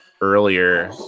earlier